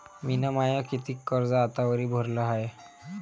मिन माय कितीक कर्ज आतावरी भरलं हाय?